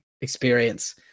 experience